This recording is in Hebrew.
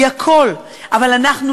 היא הכול,